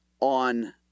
on